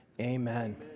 amen